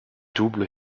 double